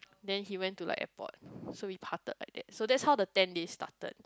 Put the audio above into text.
then he went to like airport so we parted like that so that's how the ten days started